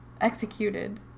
executed